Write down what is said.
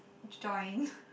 join